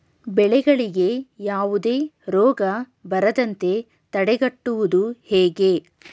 ಬೆಳೆಗಳಿಗೆ ಯಾವುದೇ ರೋಗ ಬರದಂತೆ ತಡೆಗಟ್ಟುವುದು ಹೇಗೆ?